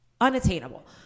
unattainable